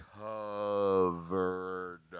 covered